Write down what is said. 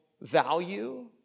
value